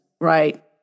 right